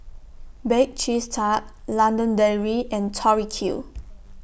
Bake Cheese Tart London Dairy and Tori Q